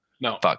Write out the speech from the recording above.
No